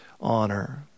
honor